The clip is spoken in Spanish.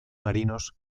marinos